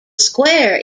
square